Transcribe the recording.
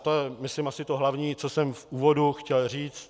To je, myslím, asi to hlavní, co jsem v úvodu chtěl říct.